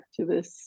activists